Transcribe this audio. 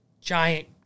giant